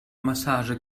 massage